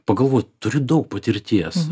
pagalvojau turiu daug patirties